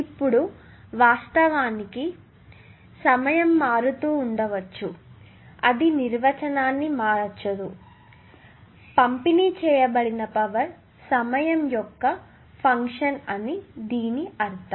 ఇప్పుడు వాస్తవానికి మరియు సమయం మారుతూ ఉండవచ్చు అది నిర్వచనాన్ని మార్చదు పంపిణీ చేయబడిన పవర్ సమయం యొక్క ఫంక్షన్ అని దీని అర్థం